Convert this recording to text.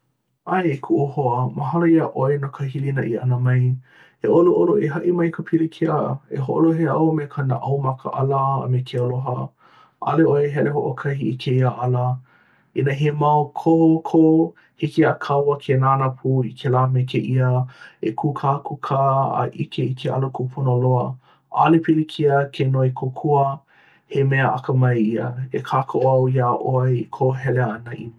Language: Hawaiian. ʻAe, e kuʻu hoa, mahalo iā ʻoe no ka hilinaʻi ʻana mai. E ʻoluʻolu, e haʻi mai i ka pilikia. E hoʻolohe au me ka naʻau maka‘ala a me ke aloha. ʻAʻole ʻoe e hele hoʻokahi i kēia ala. Inā he mau koho kou, hiki iā kāua ke nānā pū i kēlā me kēia, e kūkākūkā, a ʻike i ke ala kūpono loa. ʻAʻole pilikia ke noi kōkua he mea akamai ia. E kākoʻo au iā ʻoe i kou hele ʻana i mua.